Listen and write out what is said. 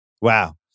Wow